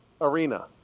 arena